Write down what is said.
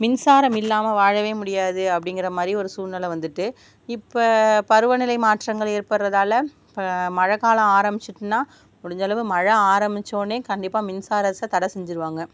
மின்சாரம் இல்லாமல் வாழவே முடியாது அப்படிங்கிற மாதிரி ஒரு சூழ்நிலை வந்துவிட்டு இப்போ பருவ நிலை மாற்றங்கள் ஏற்படுறதால இப்போ மழை காலம் ஆரம்மிச்சிட்டுனா முடிஞ்ச அளவு மழை ஆரம்மிச்ச உடனே கண்டிப்பாக மின்சாரத்தை தடை செஞ்சுருவாங்க